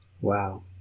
Wow